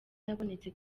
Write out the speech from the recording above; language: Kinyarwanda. yabonetse